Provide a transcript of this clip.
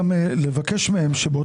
גם לבקש מהם שיציינו,